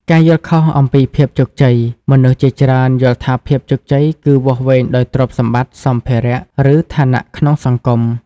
ការយល់ខុសអំពីភាពជោគជ័យ មនុស្សជាច្រើនយល់ថាភាពជោគជ័យគឺវាស់វែងដោយទ្រព្យសម្បត្តិ សម្ភារៈ ឬឋានៈក្នុងសង្គម ។